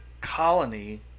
colony